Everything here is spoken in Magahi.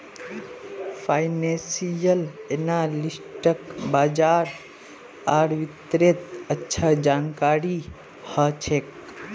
फाइनेंसियल एनालिस्टक बाजार आर वित्तेर अच्छा जानकारी ह छेक